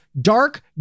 dark